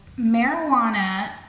marijuana